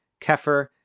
kefir